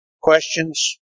questions